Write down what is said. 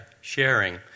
sharing